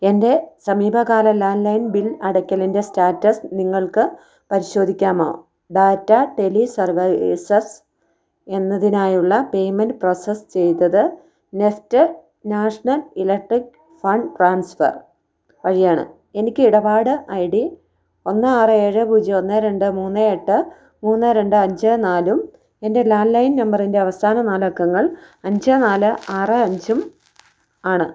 എൻ്റെ സമീപകാല landline bill അടക്കലിൻ്റെ സ്റ്റാറ്റസ് നിങ്ങൾക്ക് പരിശോധിക്കാമോ ഡാറ്റ ടെലി സർവീസസ് എന്നതിനായുള്ള പെയ്മെൻറ്റ് പ്രോസസ് ചെയ്തത് NEFT national electric fund transfer വഴിയാണ് എനിക്ക് ഇടപാട് ഐ ഡി ഒന്ന് ആറ് ഏഴ് പൂജ്യം ഒന്ന് രണ്ട് മൂന്ന് ഏട്ട് മൂന്ന് രണ്ട് അഞ്ച് നാലും എൻ്റെ ലാൻഡ് ലൈൻ നമ്പറിൻ്റെ അവസാന നാലക്കങ്ങൾ അഞ്ച് നാല് ആറ് അഞ്ചും ആണ്